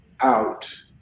out